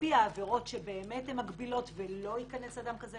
על-פי העבירות שמגבילות ולא ייכנס לעבודה אדם כזה.